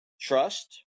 trust